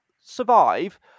survive